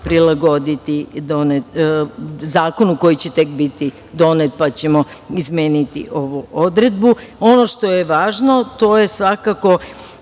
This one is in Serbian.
prilagoditi zakonu koji će tek biti donet pa ćemo izmeniti ovu odredbu. Ono što je važno, to je svakako,